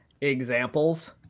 examples